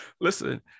Listen